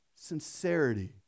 sincerity